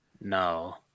No